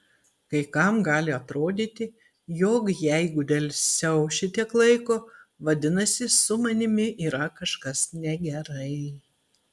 kai kam gali atrodyti jog jeigu delsiau šitiek laiko vadinasi su manimi yra kažkas negerai